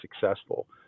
successful